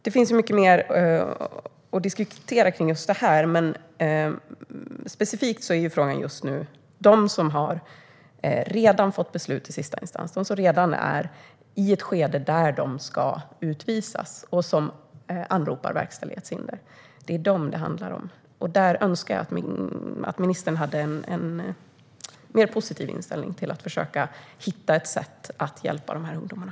Det finns mycket mer att diskutera, men just nu gäller frågan specifikt dem som redan har fått beslut i sista instans, dem som redan befinner sig i ett skede där de ska utvisas och som åberopar verkställighetshinder. Där önskar jag att ministern kunde visa en mer positiv inställning till att försöka hitta ett sätt att hjälpa ungdomarna.